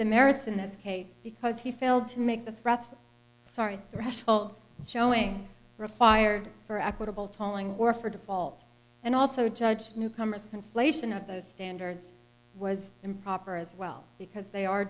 the merits in this case because he failed to make the breath sorry threshold showing for a fired for equitable tolling or for default and also judge newcomers conflation of those standards was improper as well because they are